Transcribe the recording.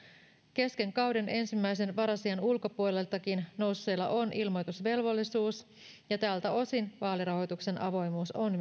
kesken kauden ensimmäisen varasijan ulkopuoleltakin nousseella on ilmoitusvelvollisuus ja tältä osin vaalirahoituksen avoimuus on